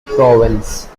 province